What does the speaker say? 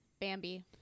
Bambi